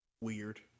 weird